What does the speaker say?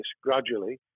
gradually